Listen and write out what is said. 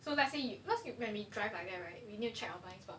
so let's say you let me drive like that right you need to check online lah